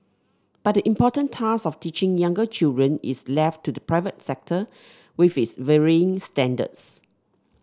but the important task of teaching younger children is left to the private sector with its varying standards